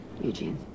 Eugene